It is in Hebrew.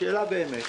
השאלה באמת,